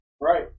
Right